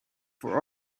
for